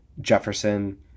Jefferson